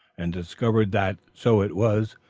and discovered that so it was,